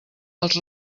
els